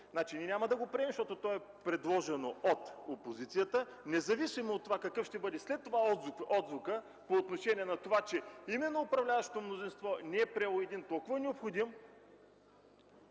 ние няма да го приемем, защото е предложено от опозицията, независимо какъв ще бъде отзвукът по отношение на това, че именно управляващото мнозинство не е приело един толкова необходим